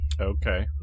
Okay